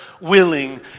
willing